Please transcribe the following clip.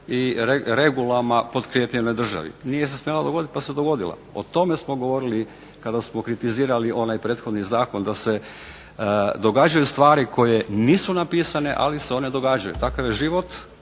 i regulama potkrijepljenoj državi. Nije se smjela dogoditi, pa se dogodila. O tome smo govorili kada smo kritizirali onaj prethodni zakon da se događaju stvari koje nisu napisane, ali se one događaju. Takav je život